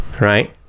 right